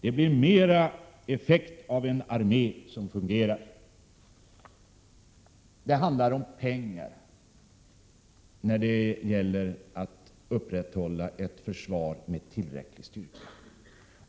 det blir mer med en armé som fungerar. Att kunna upprätthålla ett försvar med tillräcklig styrka handlar om pengar.